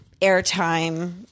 airtime